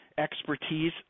expertise